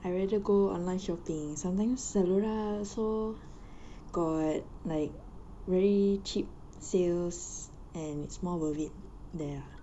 I rather go online shopping something zalora also got like very cheap sales and it's more worth it there ah